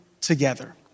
together